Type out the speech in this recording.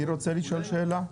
מי רוצה לשאול שאלה?